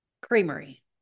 creamery